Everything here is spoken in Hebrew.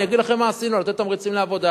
אני אגיד לכם מה עשינו כדי לתת תמריצים לעבודה,